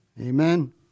Amen